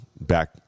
back